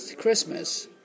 Christmas